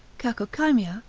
cacochymia,